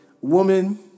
woman